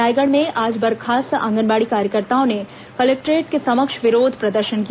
रायगढ़ में आज बर्खास्त आंगनबाड़ी कार्यकर्ताओं ने कलेक्टोरेट के समक्ष विरोध प्रदर्शन किया